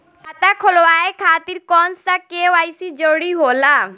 खाता खोलवाये खातिर कौन सा के.वाइ.सी जरूरी होला?